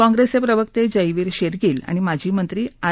काँग्रेसचे प्रवक्ते जयवीर शेरगील आणि माजी मंत्री आर